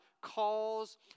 calls